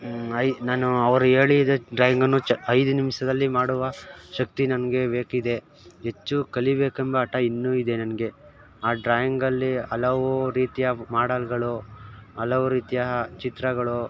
I ನಾನು ಅವರು ಹೇಳಿದ ಡ್ರಾಯಿಂಗನ್ನು ಚ್ ಐದು ನಿಮ್ಷದಲ್ಲಿ ಮಾಡುವ ಶಕ್ತಿ ನನಗೆ ಬೇಕಿದೆ ಹೆಚ್ಚು ಕಲಿಯಬೇಕೆಂಬ ಹಠ ಇನ್ನೂ ಇದೆ ನನಗೆ ಆ ಡ್ರಾಯಿಂಗಲ್ಲಿ ಹಲವು ರೀತಿಯ ಮಾಡಲ್ಗಳು ಹಲವು ರೀತಿಯ ಚಿತ್ರಗಳು